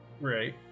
Right